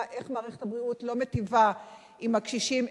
איך מערכת הבריאות לא מיטיבה עם הקשישים,